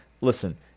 listen